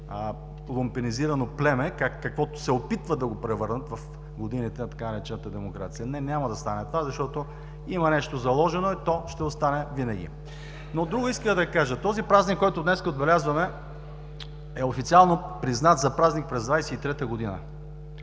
лумпенизирано племе, в каквото се опитват да го превърнат в годините на така нареченета „демокрация“. Не, няма да стане това, защото има нещо заложено и то ще остане винаги! Друго исках да кажа: този празник, който днес отбелязваме, е официално признат за празник през 1923 г.